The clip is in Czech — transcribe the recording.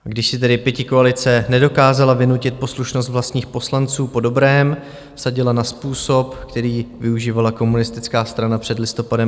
Když si tedy pětikoalice nedokázala vynutit poslušnost vlastních poslanců po dobrém, vsadila na způsob, který využívala komunistická strana před listopadem 1989.